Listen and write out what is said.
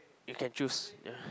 you can choose